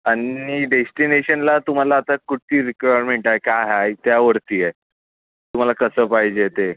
आणि डेस्टिनेशनला तुम्हाला आता कुठची रिक्वायरमेन्ट आहे काय आहे त्यावरती आहे तुम्हाला कसं पाहिजे ते